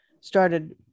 started